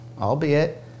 albeit